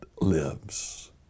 lives